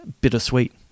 bittersweet